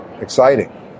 exciting